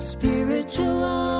Spiritual